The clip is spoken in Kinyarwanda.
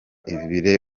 ibirori